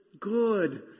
good